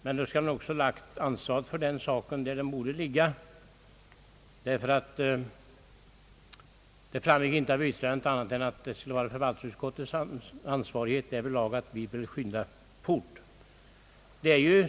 Dock borde man lägga ansvaret där det borde ligga, ty av hans anförande framgick inte annat än att förvaltningskontoret skulle ha ansvaret för att vi skyndade för fort.